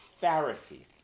Pharisees